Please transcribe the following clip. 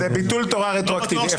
זה ביטול תורה רטרואקטיבי.